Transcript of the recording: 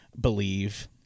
believe—